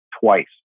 twice